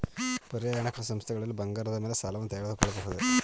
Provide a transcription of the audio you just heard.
ಪರ್ಯಾಯ ಹಣಕಾಸು ಸಂಸ್ಥೆಗಳಲ್ಲಿ ಬಂಗಾರದ ಮೇಲೆ ಸಾಲವನ್ನು ತೆಗೆದುಕೊಳ್ಳಬಹುದೇ?